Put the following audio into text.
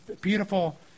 beautiful